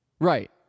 right